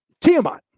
Tiamat